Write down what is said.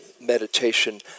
meditation